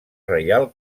reial